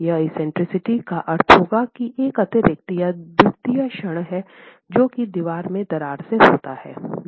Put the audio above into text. यह एक्सेंट्रिसिटी का अर्थ होगा कि एक अतिरिक्त या द्वितीय क्षण है जो कि दीवार में दरार से होता है